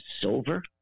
silver